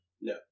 No